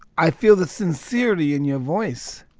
i feel the sincerity in your voice.